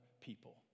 people